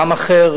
בעם אחר.